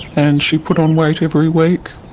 and she put on weight every week.